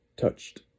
touched